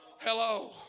Hello